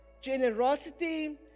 generosity